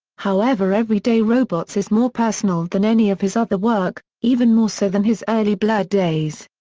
however everyday robots is more personal than any of his other work, even more so than his early blur days.